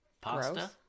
Pasta